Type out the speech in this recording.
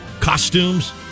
Costumes